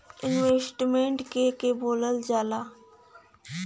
Investment के के बोलल जा ला?